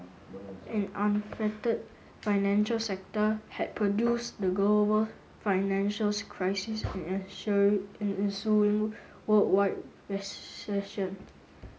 an unfettered financial sector had produced the global financial crisis and ensuing ensuing worldwide recession